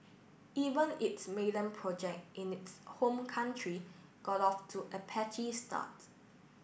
even its maiden project in its home country got off to a patchy start